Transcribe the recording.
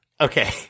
Okay